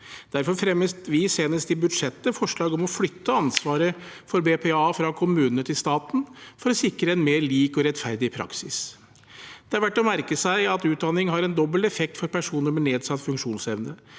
Derfor fremmet vi senest i budsjettet forslag om å flytte ansvaret for BPA fra kommunene til staten, for å sikre en mer lik og rettferdig praksis. Det er verdt å merke seg at utdanning har en dobbel effekt for personer med nedsatt funksjonsevne.